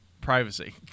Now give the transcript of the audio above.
privacy